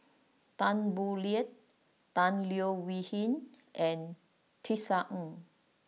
Tan Boo Liat Tan Leo Wee Hin and Tisa Ng